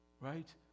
right